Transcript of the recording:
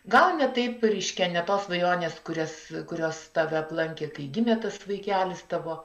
gal ne taip reiškia ne tos svajonės kurias kurios tave aplankė kai gimė tas vaikelis tavo